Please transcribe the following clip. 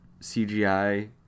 CGI